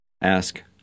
Ask